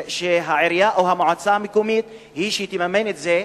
ושהעירייה או המועצה המקומית היא שתממן את זה,